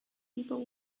people